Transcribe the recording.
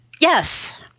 Yes